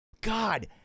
god